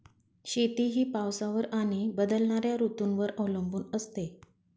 शेती ही पावसावर आणि बदलणाऱ्या ऋतूंवर अवलंबून असते